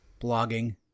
blogging